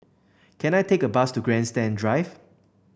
can I take a bus to Grandstand Drive